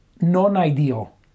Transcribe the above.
non-ideal